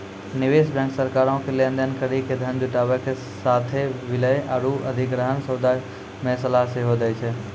निवेश बैंक सरकारो के लेन देन करि के धन जुटाबै के साथे विलय आरु अधिग्रहण सौदा मे सलाह सेहो दै छै